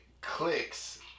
clicks